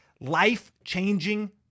life-changing